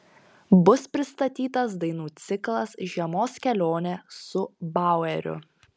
bus pristatytas dainų ciklas žiemos kelionė su baueriu